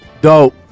Dope